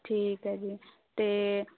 ਠੀਕ ਹੈ ਜੀ ਅਤੇ